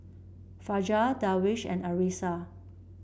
Fajar Darwish and Arissa